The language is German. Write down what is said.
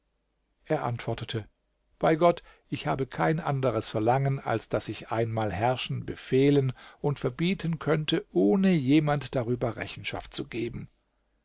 er antwortete bei gott ich habe kein anderes verlangen als daß ich einmal herrschen befehlen und verbieten könnte ohne jemand darüber rechenschaft zu geben